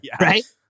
right